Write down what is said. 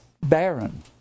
barren